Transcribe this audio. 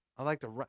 i like to,